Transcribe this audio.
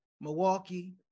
Milwaukee